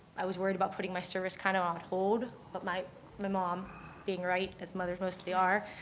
i was worried about putting my service kind of on hold, but my my mom being right, as mothers mostly are,